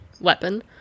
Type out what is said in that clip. weapon